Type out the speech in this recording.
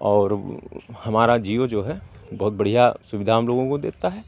और वो हमारा जिओ जो है बहुत बढ़िया सुविधा हम लोगों को देता है